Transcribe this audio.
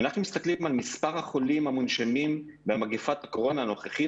אם אנחנו מסתכלים על מספר החולים המונשמים במגפת הקורונה הנוכחית,